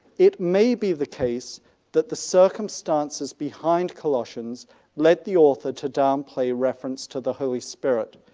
it may be the case that the circumstances behind colossians led the author to downplay reference to the holy spirit.